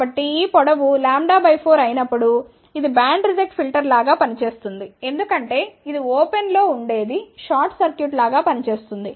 కాబట్టి ఈ పొడవు λ 4 అయినప్పుడు ఇది బ్యాండ్ రిజెక్ట్ ఫిల్టర్ లాగా పని చేస్తుంది ఎందుకంటే ఇది ఓపెన్లో ఉండేది షార్ట్ సర్క్యూట్ లాగా పని చేస్తుంది